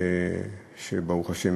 ברוך השם,